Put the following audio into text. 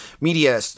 media